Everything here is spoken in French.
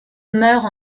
meurt